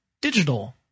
digital